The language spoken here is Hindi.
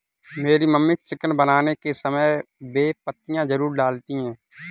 मेरी मम्मी चिकन बनाने के समय बे पत्तियां जरूर डालती हैं